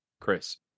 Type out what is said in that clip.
Chris